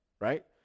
right